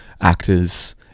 actors